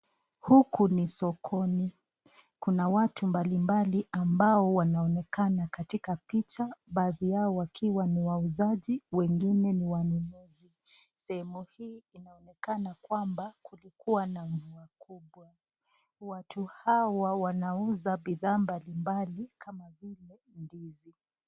Huku ni sokoni. Kuna watu mbali mbali ambao wanaonekana katika picha. Baadhi yao wakiwa ni wauzaji wengine ni wanunuzi. Sehemu hii inaonekana kwamba kulikua na mvua kubwa. Watu hawa wanauza bidhaa mbali mbali kama vile ndizi.